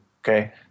okay